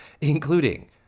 including